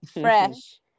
fresh